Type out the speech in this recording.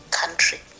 country